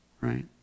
right